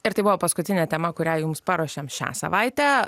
ir tai buvo paskutinė tema kurią jums paruošėm šią savaitę